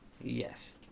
Yes